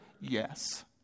yes